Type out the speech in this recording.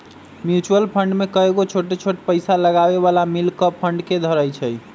mutual fund में कयगो छोट छोट पइसा लगाबे बला मिल कऽ फंड के धरइ छइ